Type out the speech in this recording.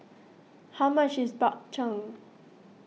how much is Bak Chang